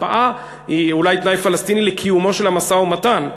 הקפאה היא אולי תנאי פלסטיני לקיומו של המשא-ומתן.